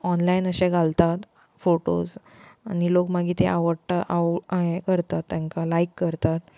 online अशें घालता photos आनी लोक मागीर ते आवडटा आव हें करता तेंकां लायक करता